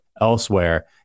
elsewhere